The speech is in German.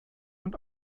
und